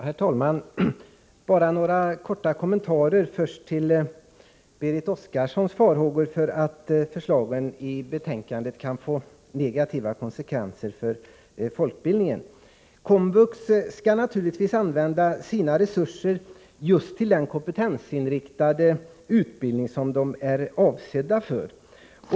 Herr talman! Bara några korta kommentarer: först till Berit Oscarssons farhågor för att förslagen i betänkandet kan få negativa konsekvenser för folkbildningen. Komvux skall naturligtvis använda sina resurser till den kompetensinriktade utbildning som den är avsedd för.